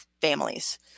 families